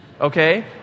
Okay